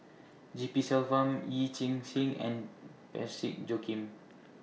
G P Selvam Yee Chia Hsing and Parsick Joaquim